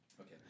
Okay